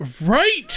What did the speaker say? Right